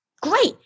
great